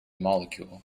molecule